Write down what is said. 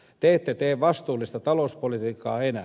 te ette tee vastuullista talouspolitiikkaa enää